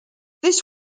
this